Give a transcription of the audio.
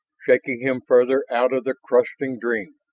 shaking him farther out of the crusting dream.